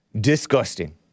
Disgusting